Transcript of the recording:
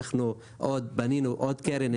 אנחנו בנינו עוד קרן,